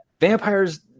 Vampires